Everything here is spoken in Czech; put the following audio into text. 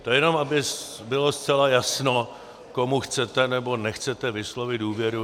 To jenom aby bylo zcela jasno, komu chcete nebo nechcete vyslovit důvěru.